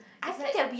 I feel that we